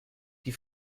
die